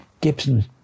Gibson